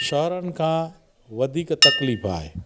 शहरनि खां वधीक तकलीफ़ आहे